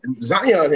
Zion